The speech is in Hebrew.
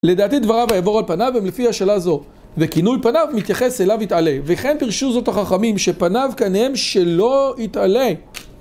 לדעתי דבריו היעבור על פניו הם לפי השאלה הזו, וכינוי פניו מתייחס אליו יתעלה. וכן פירשו זאת החכמים שפניו כנאם שלא התעלה